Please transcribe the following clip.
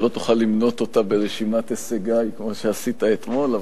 שלא תוכל למנות אותה ברשימת הישגי כמו שעשית אתמול,